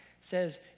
says